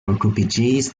okupiĝis